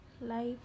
Life